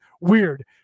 Weird